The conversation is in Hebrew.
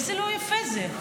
איזה לא יפה זה.